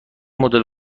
مدل